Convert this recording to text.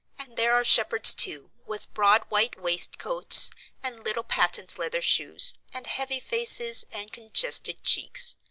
and there are shepherds, too, with broad white waistcoats and little patent leather shoes and heavy faces and congested cheeks.